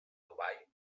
dubai